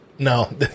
No